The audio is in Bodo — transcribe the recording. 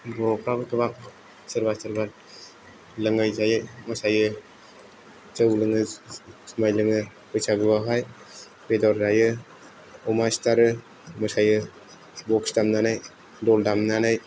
बर'फ्राबो गोबां सोरबा सोरबा लोङै जायै मोसायो जौ लोङो जुमाइ लोङो बैसागुआवहाय बेदर जायो अमा सिथारो मोसायो बक्स दामनानै दल दामनानै